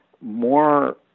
more